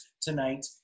tonight